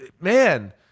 man